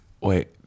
Wait